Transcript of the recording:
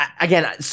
Again